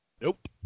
Nope